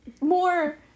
more